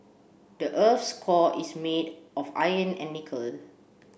the earth's core is made of iron and nickel